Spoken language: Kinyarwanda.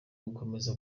gukomeza